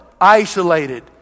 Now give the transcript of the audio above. isolated